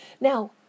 Now